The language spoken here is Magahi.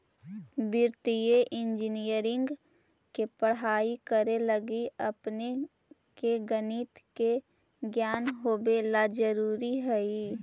वित्तीय इंजीनियरिंग के पढ़ाई करे लगी अपने के गणित के ज्ञान होवे ला जरूरी हई